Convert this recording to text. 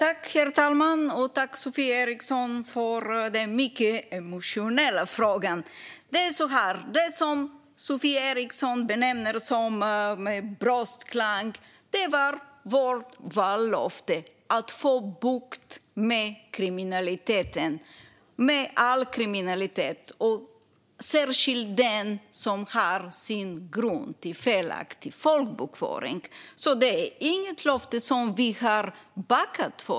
Herr talman! Jag tackar Sofie Eriksson för den mycket emotionella frågan. Det som Sofie Eriksson benämner bröstklang var vårt vallöfte, det vill säga att få bukt med all kriminalitet - särskilt den som har sin grund i felaktig folkbokföring. Det är inget löfte som vi har backat från.